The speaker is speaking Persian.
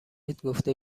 گفته